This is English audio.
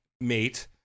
mate